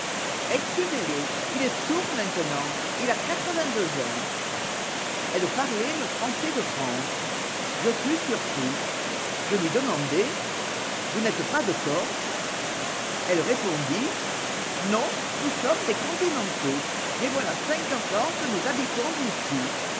excusez-le il est sourd maintenant ii a quatre-vingt-deux ans elle parlait le français de france je fus surpris je lui demandai vous n'êtes pas de corse elle répondit non nous sommes des continentaux mais voilà cinquante ans que nous habitons ici